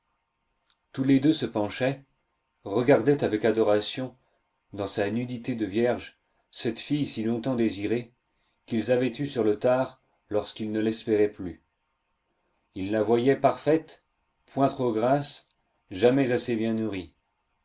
tous les deux se penchaient regardaient avec adoration dans sa nudité de vierge cette fille si longtemps désirée qu'ils avaient eue sur le tard lorsqu'ils ne l'espéraient plus ils la voyaient parfaite point trop grasse jamais assez bien nourrie